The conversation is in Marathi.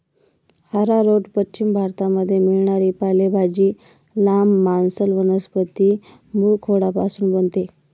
आरारोट पश्चिम भारतामध्ये मिळणारी पालेभाजी, लांब, मांसल वनस्पती मूळखोडापासून बनते